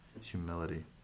humility